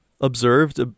observed